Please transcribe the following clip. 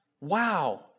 wow